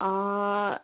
অঁ